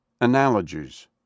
analogies